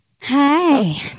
Hi